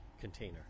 container